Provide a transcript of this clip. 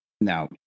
Now